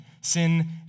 Sin